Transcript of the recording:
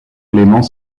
éléments